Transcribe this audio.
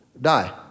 die